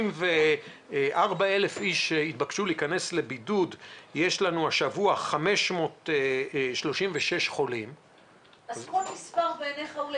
64,000 יש לנו השבוע 536 חולים --- כל מספר בעיניך הוא לגיטימי?